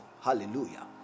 hallelujah